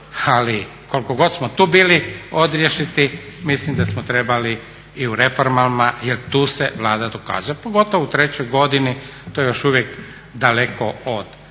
ali koliko god smo tu bili odriješiti mislim da smo trebali i u reformama jer tu se Vlada dokazuje, a pogotovo u trećoj godini to je još uvijek daleko od